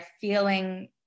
feeling